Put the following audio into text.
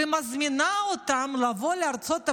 ומזמינה אותם לבוא לארצות הברית.